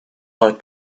like